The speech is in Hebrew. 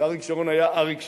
כשאריק שרון היה אריק שרון.